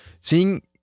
seeing